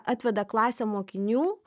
atveda klasę mokinių